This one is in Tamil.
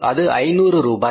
அது 500 ரூபாய்